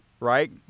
Right